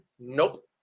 Nope